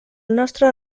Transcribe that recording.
nostre